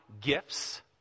gifts